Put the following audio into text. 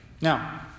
Now